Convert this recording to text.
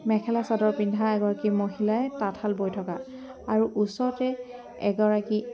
মেখেলা চাদৰ পিন্ধা এগৰাকী মাহিলাই তাঁতশাল বৈ থকা আৰু ওচৰতে এগৰাকী